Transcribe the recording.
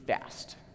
fast